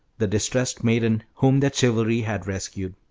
the distressed maiden whom their chivalry had rescued.